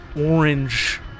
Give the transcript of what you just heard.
orange